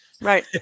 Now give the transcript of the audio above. Right